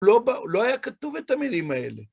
לא היה כתוב את המילים האלה.